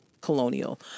colonial